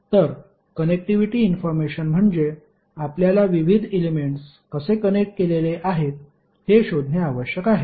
तर connectivity information म्हणजे आपल्याला विविध एलेमेंट्स कसे कनेक्ट केलेले आहेत हे शोधणे आवश्यक आहे